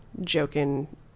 joking